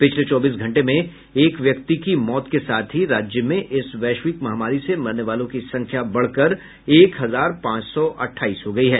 पिछले चौबीस घंटे में एक व्यक्ति की मौत के साथ ही राज्य में इस वैश्विक महामारी से मरने वालों की संख्या बढ़कर एक हजार पांच सौ अट्ठाईस हो गई है